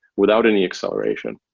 without any acceleration.